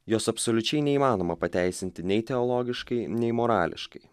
jos absoliučiai neįmanoma pateisinti nei teologiškai nei morališkai